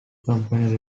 company